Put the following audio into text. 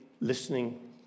listening